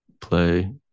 play